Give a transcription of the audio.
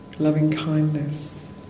loving-kindness